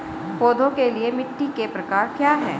पौधों के लिए मिट्टी के प्रकार क्या हैं?